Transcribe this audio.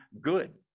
good